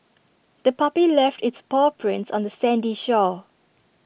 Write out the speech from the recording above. the puppy left its paw prints on the sandy shore